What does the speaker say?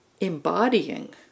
embodying